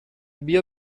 بیا